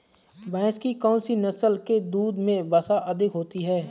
भैंस की कौनसी नस्ल के दूध में वसा अधिक होती है?